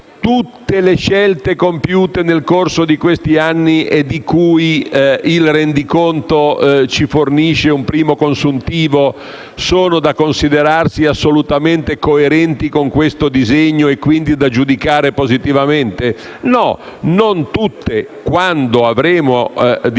Tutte le scelte compiute nel corso di questi anni e di cui il rendiconto ci fornisce un primo consuntivo sono da considerarsi assolutamente coerenti con questo disegno e quindi da giudicare positivamente? No, non tutte. Quando avremo di fronte